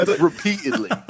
repeatedly